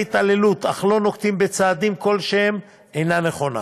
התעללות אך לא נוקטים צעדים כלשהם אינה נכונה,